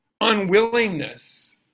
unwillingness